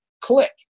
click